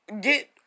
get